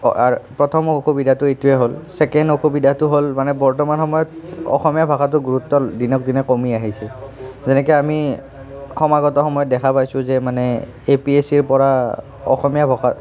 আৰু প্ৰথম অসুবিধাটো এইটোৱে হ'ল ছেকেণ্ড অসুবিধাটো হ'ল মানে বৰ্তমান সময়ত অসমীয়া ভাষাটোৰ গুৰুত্ব দিনক দিনে কমি আহিছে যেনেকৈ আমি সমাগত সময়ত দেখা পাইছোঁ যে মানে এপিএছচিৰ পৰা অসমীয়া ভাষা